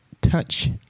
touch